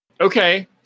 Okay